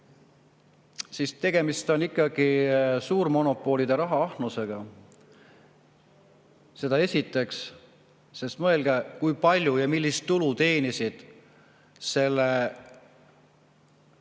et tegemist on ikkagi suurmonopolide rahaahnusega. Seda esiteks. Sest mõelge, kui palju ja millist tulu teenisid selle